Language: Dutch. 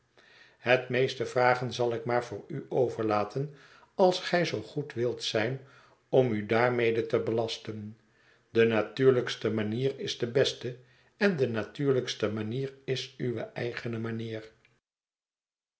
het meeste vragen zal ik maar voor u overlaten als gij zoo goed wilt zijn om u daarmede te belasten de natuurlijkste manier is de beste en de natuurlijkste manier is uwe eigene manier